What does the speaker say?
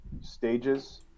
stages